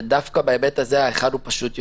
ודווקא בהיבט הזה האחד הוא פשוט יותר.